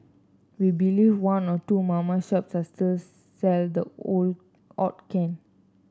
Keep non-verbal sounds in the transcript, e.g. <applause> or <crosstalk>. we believe one or two mama shops here sell the <unintelligible> odd can